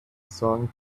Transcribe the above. song